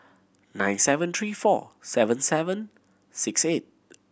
nine seven three four seven seven six eight